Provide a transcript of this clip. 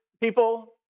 people